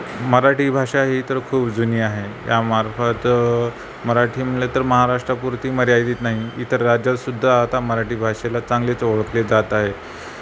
मराठी भाषा ही इतर खूप जुनी आहे यामार्फत मराठी म्हटलं तर महाराष्ट्रापुरती मर्यादित नाही इतर राज्यातसुद्धा आता मराठी भाषेला चांगलेच ओळखले जात आहे